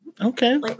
Okay